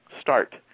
start